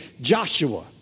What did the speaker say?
Joshua